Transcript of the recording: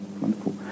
wonderful